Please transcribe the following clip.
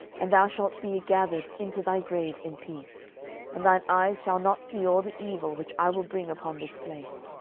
and thou shalt be gathered into thy grave in peace and thine eyes shall not see all the evil which i will bring upon this place.